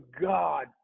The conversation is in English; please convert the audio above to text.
God